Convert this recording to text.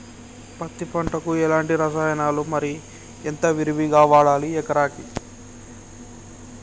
పత్తి పంటకు ఎలాంటి రసాయనాలు మరి ఎంత విరివిగా వాడాలి ఎకరాకి?